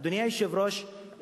אדוני היושב-ראש,